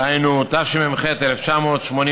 דהיינו התשמ"ח 1988,